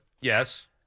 Yes